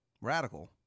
radical